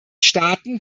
staaten